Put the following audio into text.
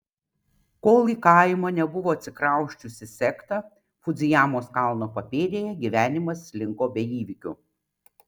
kol į kaimą nebuvo atsikrausčiusi sekta fudzijamos kalno papėdėje gyvenimas slinko be įvykių